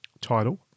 title